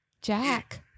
Jack